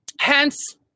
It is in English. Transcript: hence